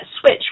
switch